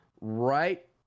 right